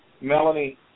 Melanie